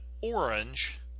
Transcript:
orange